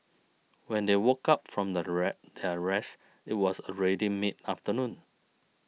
when they woke up from the their rest it was already mid afternoon